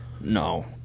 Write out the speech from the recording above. No